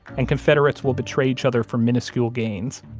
and confederates will betray each other for minuscule gains.